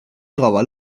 trova